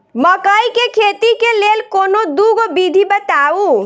मकई केँ खेती केँ लेल कोनो दुगो विधि बताऊ?